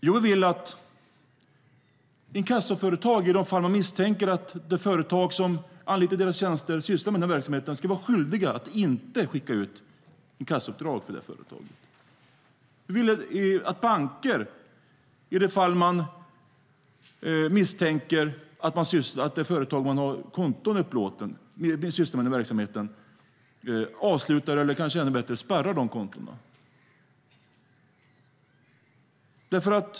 Vi vill att inkassoföretag som misstänker att det företag som anlitar deras tjänster sysslar med den här verksamheten ska vara skyldiga att inte ta inkassouppdrag för det företaget. Vi vill att banker i de fall de misstänker att det företag man upplåtit konto åt sysslar med den här verksamheten avslutar eller kanske ännu hellre spärrar dessa konton.